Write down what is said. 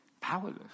powerless